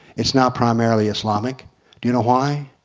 it's now primarily islamic do you know why?